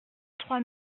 trois